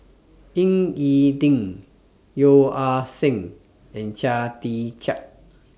Ying E Ding Yeo Ah Seng and Chia Tee Chiak